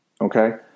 Okay